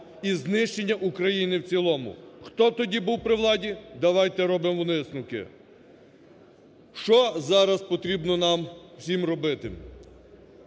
і знищення України в цілому. Хто тоді був при владі? Давайте робимо висновки. Що зараз потрібно нам всім робити?